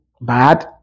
bad